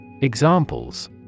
Examples